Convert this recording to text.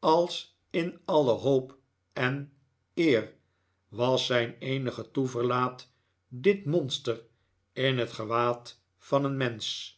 als in alle hoop en in eer was zijn eenige toeverlaat dit monster in het gewaad van een mensch